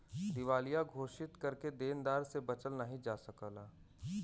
दिवालिया घोषित करके देनदार से बचल नाहीं जा सकला